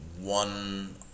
one